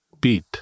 beat